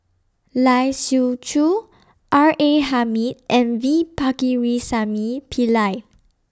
Lai Siu Chiu R A Hamid and V Pakirisamy Pillai